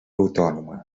autònoma